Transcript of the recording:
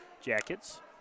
Jackets